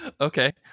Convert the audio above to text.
okay